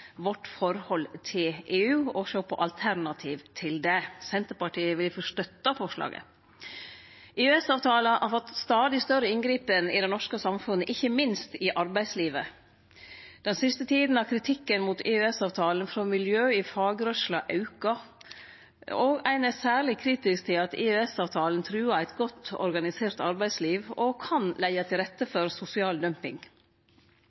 vårt forhold til EU og på alternativ til det. Senterpartiet vil difor støtte forslaget. EØS-avtalen har fått stadig større inngrep i det norske samfunnet, ikkje minst i arbeidslivet. Den siste tida har kritikken mot EØS-avtalen frå miljø i fagrørsla auka, og ein er særleg kritisk til at EØS-avtalen truar eit godt organisert arbeidsliv og kan leggje til rette for sosial dumping.